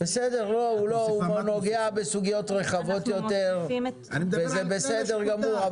הוא נוגע בסוגיות רחבות יותר, וזה בסדר גמור.